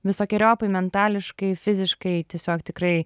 visokeriopai metališkai fiziškai tiesiog tikrai